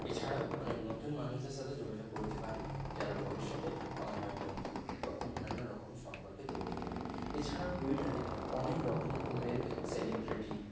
এছাড়াও অনেক নতুন মানুষদের সাথে যোগাযোগ করতে পারি যারা ভবিষ্যতে আমার হয় বন্ধু বা অন্যান্য রকম সম্পর্ক তৈরি হয় এছাড়াও টুইটারে অনেক রকমের সেলিব্রেটি